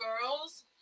girls